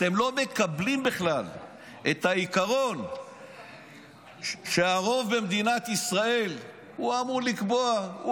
אתם לא מקבלים בכלל את העיקרון שהרוב במדינת ישראל אמור לקבוע,